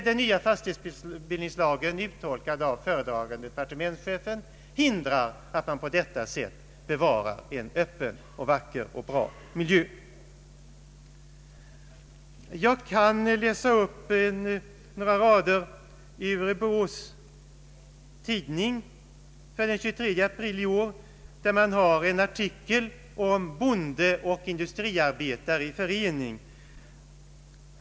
Den nya fastighetsbildningslagen, uttolkad av föredragande =departementschefen, hindrar att man på detta sätt bevarar en öppen och vacker miljö. Borås Tidning för den 23 april i år har en artikel om bonde och industriarbetare i förening.